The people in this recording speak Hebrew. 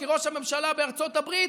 כי ראש הממשלה בארצות הברית,